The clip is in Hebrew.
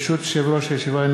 ברשות יושב-ראש הישיבה,